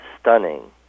stunning